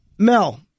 Mel